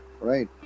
right